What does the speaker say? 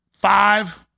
Five